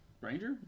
Ranger